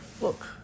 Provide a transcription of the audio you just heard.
Look